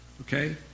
Okay